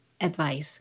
advice